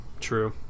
True